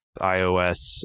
iOS